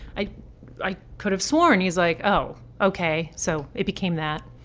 i i could have sworn. he's like, oh, ok. so it became that.